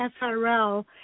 SRL